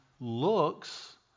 looks